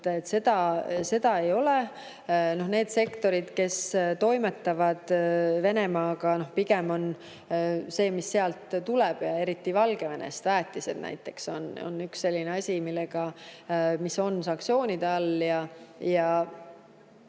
Seda ei ole. Need sektorid, kes toimetavad Venemaaga – pigem on tegu sellega, mis sealt tuleb. Eriti Valgevenest tulevad väetised näiteks on üks selline asi, mis on sanktsioonide all, ja